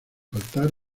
faltar